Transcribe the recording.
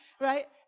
right